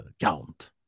count